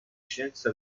scienze